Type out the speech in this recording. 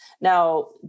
Now